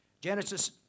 Genesis